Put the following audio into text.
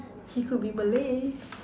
he could be Malay